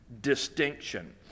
distinction